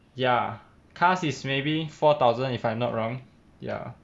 ya cars is maybe four thousand if I'm not wrong ya